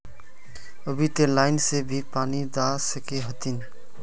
अभी ते लाइन से भी पानी दा सके हथीन?